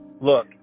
look